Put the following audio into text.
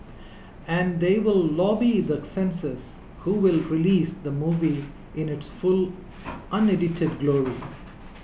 and they will lobby the censors who will release the movie in its full unedited glory